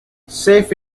safe